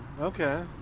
okay